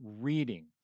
reading